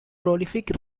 prolific